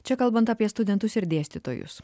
čia kalbant apie studentus ir dėstytojus